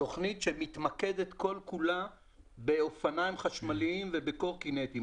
תכנית שמתמקדת כל כולה באופניים חשמליים ובקורקינטים,